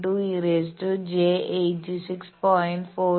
2 e j86